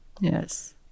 Yes